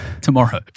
tomorrow